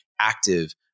active